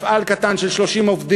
ואני מדבר על מפעל קטן של 30 עובדים,